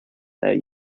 their